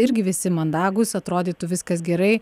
irgi visi mandagūs atrodytų viskas gerai